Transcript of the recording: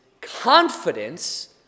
confidence